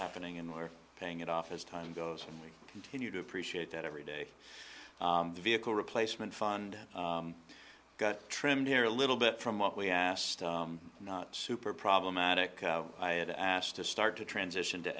happening and were paying it off as time goes on and we continue to appreciate that every day the vehicle replacement fund got trimmed here a little bit from what we asked not super problematic i had asked to start to transition to